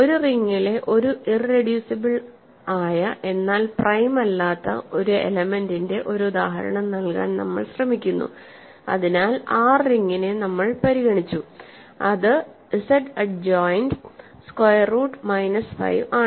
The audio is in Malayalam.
ഒരു റിംഗിലെ ഒരു ഇറെഡ്യൂസിബിൾ ആയ എന്നാൽ പ്രൈം അല്ലാത്ത ഒരു എലെമെൻന്റിന്റെ ഒരു ഉദാഹരണം നൽകാൻ നമ്മൾ ശ്രമിക്കുന്നു അതിനാൽ R റിംഗിനെ നമ്മൾ പരിഗണിച്ചു അത് Z adjoint square root minus 5 ആണ്